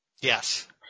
Yes